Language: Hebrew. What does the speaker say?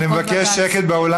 אני מבקש שקט באולם.